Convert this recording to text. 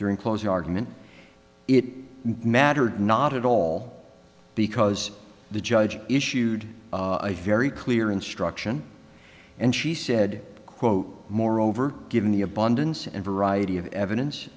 during closing argument it mattered not at all because the judge issued a very clear instruction and she said quote moreover given the abundance and variety of evidence